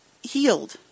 healed